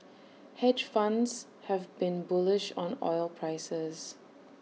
hedge funds have been bullish on oil prices